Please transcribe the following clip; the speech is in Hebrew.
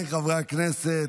חברי הכנסת,